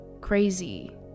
crazy